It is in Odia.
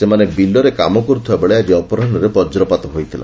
ସେମାନେ ବିଲରେ କାମ କର୍ଥିବାବେଳେ ଆଜି ଅପରାହ୍ରେ ବଜ୍ରପାତ ହୋଇଥିଲା